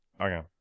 Okay